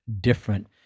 different